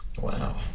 Wow